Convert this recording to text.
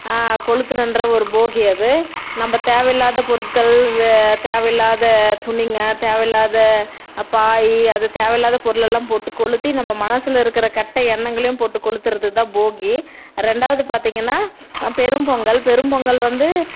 கொளுத்தணுன்ற போகி அது நம்ப தேவையில்லாத பொருட்கள் தேவையில்லாத துணிங்கள் தேவையில்லாத பாய் அது தேவையில்லாத பொருள் எல்லாம் போட்டு கொளுத்தி நம்ம மனசில் இருக்கிற கெட்ட எண்ணங்களையும் போட்டு கொளுத்துவது தான் போகி ரெண்டாவது பார்த்திங்கன்னா பெரும் பொங்கல் பெரும் பொங்கல் வந்து